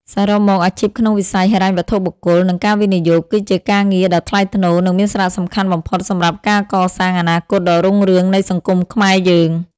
សរុបមក អាជីពក្នុងវិស័យហិរញ្ញវត្ថុបុគ្គល និងការវិនិយោគ គឺជាការងារដ៏ថ្លៃថ្នូរ និងមានសារៈសំខាន់បំផុតសម្រាប់ការកសាងអនាគតដ៏រុងរឿងនៃសង្គមខ្មែរយើង។